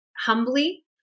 humbly